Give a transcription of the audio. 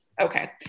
okay